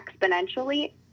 exponentially